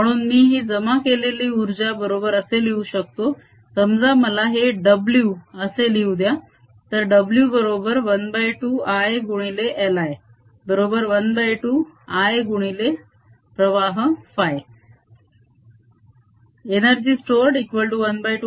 म्हणून मी ही जमा केलेली उर्जा बरोबर असे लिहू शकतो समजा मला हे W असे लिहुद्या तर W बरोबर ½ I गुणिले L I बरोबर ½ I गुणिले प्रवाह φ